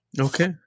okay